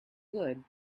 good